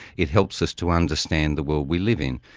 it helps us to understand the world we live in.